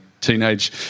teenage